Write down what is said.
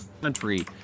country